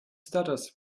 stutters